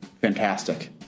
fantastic